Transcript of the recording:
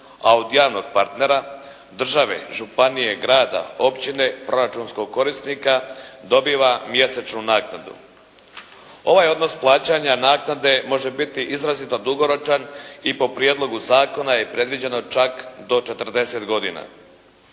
a od javnog partnera, države, županije i grada, općine proračunskog korisnika dobiva mjesečnu naknadu. Ovaj odnos plaćanja naknade može biti izrazito dugoročan i po prijedlogu zakona je predviđeno čak do 40 godina.